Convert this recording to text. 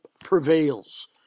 prevails